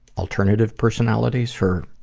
alternative personalities? her,